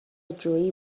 جویی